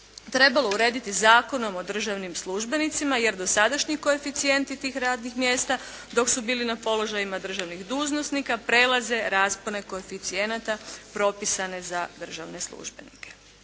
trebalo urediti Zakonom o državnim službenicima, jer dosadašnji koeficijenti tih radnih mjesta dok su bili na položajima državnih dužnosnika, prelaze raspone koeficijenata propisane za državne službenike.